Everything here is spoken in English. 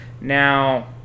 Now